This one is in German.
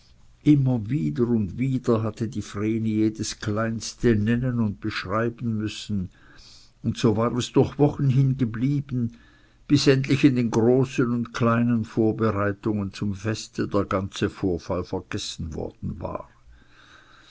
immer wieder und wieder hatte die vreni jedes kleinste nennen und beschreiben müssen und so war es durch wochen hin geblieben bis endlich in den großen und kleinen vorbereitungen zum feste der ganze vorfall vergessen worden war